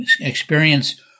experience